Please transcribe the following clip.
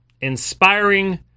inspiring